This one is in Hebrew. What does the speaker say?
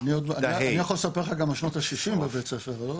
כיתה ה'.